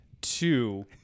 Two